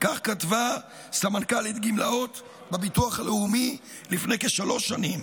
כך כתבה סמנכ"לית גמלאות בביטוח הלאומי לפני כשלוש שנים.